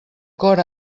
cor